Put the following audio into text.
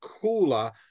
cooler